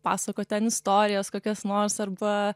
pasakot ten istorijas kokias nors arba